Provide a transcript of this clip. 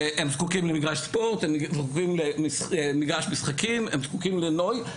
הם זקוקים למגרש ספורט; הם זקוקים למגרש משחקים; הם זקוקים לנוי,